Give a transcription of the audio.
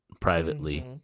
privately